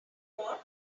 what